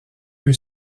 peu